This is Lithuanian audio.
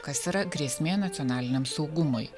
kas yra grėsmė nacionaliniam saugumui